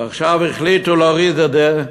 ועכשיו החליטו להוריד את זה,